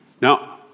now